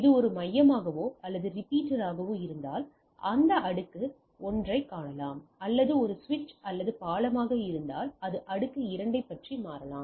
இது ஒரு மையமாகவோ அல்லது ரிப்பீட்டராகவோ இருந்தால் அந்த அடுக்கு 1 ஐக் காணலாம் அது ஒரு சுவிட்ச் அல்லது பாலமாக இருந்தால் அது அடுக்கு 2 ஐப் பற்றி மாறலாம்